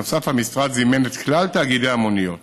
נוסף על כך, המשרד זימן את כלל תאגידי המוניות